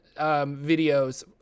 videos